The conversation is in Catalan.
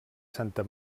santa